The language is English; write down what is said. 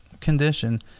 condition